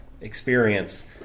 experience